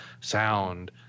sound